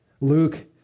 Luke